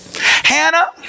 Hannah